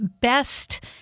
best